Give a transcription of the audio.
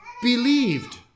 believed